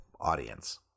audience